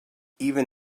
even